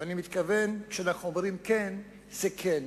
ואני מתכוון שכשאנחנו אומרים כן, זה כן,